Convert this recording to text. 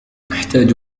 أحتاج